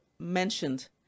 mentioned